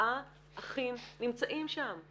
ארבעה אחים נמצאים שם,